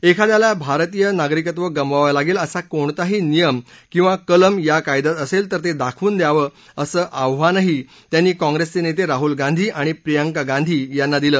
एखाद्याला भारतीय नागरित्व गमवावं लागेल असा कोणताही नियम किंवा कलम या कायद्यात असेल तर ते दाखवावं असं आवाहनही त्यांनी काँप्रेसचे नेते राहुल गांधी आणि प्रियंका गांधी यांना दिलं